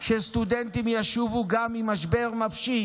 שסטודנטים ישובו גם עם משבר נפשי,